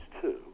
two